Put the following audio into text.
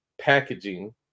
packaging